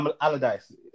Allardyce